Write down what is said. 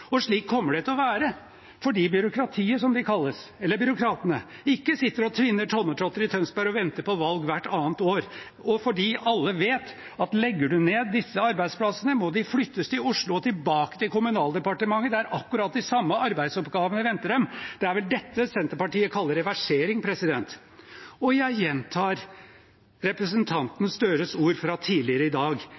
Og slik kommer det til å være fordi byråkratiet, som det kalles, eller byråkratene, ikke sitter og tvinner tommeltotter i Tønsberg og venter på valg hvert annet år, og fordi alle vet at legger man ned disse arbeidsplassene, må de flyttes til Oslo og tilbake til Kommunaldepartementet, der akkurat de samme arbeidsoppgavene venter dem. Det er vel dette Senterpartiet kaller reversering. Jeg gjentar representanten Gahr Støres ord fra tidligere i dag: